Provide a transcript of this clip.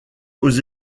aux